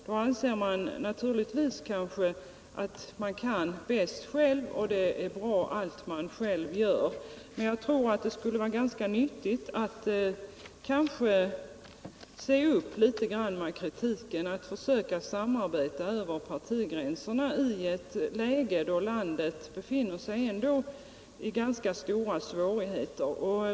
Då anser man naturligtvis att man kan bäst själv och att allt man själv gör är bra. Men jag tror det skulle vara ganska nyttigt att se upp litet med kritiken och försöka att samarbeta över partigränserna i ett läge då landet befinner sig i ganska stora svårigheter.